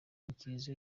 nyikirizo